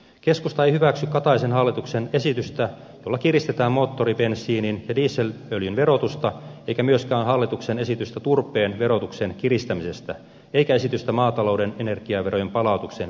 keskusta ei hyväksy kataisen hallituksen esitystä jolla kiristetään moottoribensiinin ja dieselöljyn verotusta eikä myöskään hallituksen esitystä turpeen verotuksen kiristämisestä eikä esitystä maatalouden energiaverojen palautuksen leikkaamisesta